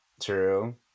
true